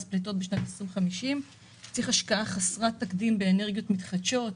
פליטות בשנת 2050. צריך השקעה חסרת תקדים באנרגיות מתחדשות,